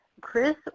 Chris